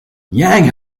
yang